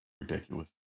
Ridiculous